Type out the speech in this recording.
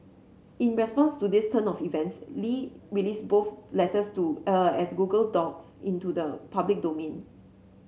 in response to this turn of events Li released both letters to a as Google docs into the public domain